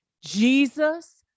Jesus